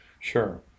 sure